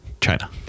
China